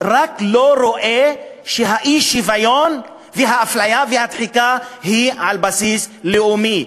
לא רואה שהאי-שוויון והאפליה והדחיקה הם על בסיס לאומי.